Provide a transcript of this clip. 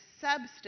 substance